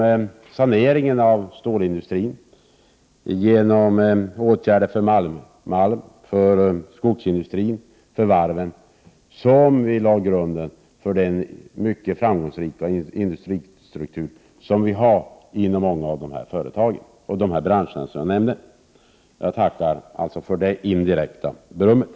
Det var genom saneringen av stålindustrin, genom åtgärder för skogsindustrin och för varven som vi lade grunden för den mycket framgångsrika industristruktur som vi har inom många av dessa branscher. Jag tackar således för det indirekta berömmet.